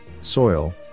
soil